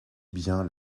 bien